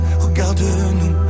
regarde-nous